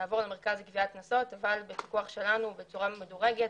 לעבור למרכז לגביית קנסות --- בפיקוח שלנו בצורה מדורגת